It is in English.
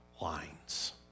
lines